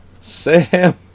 Sam